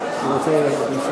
רוצה?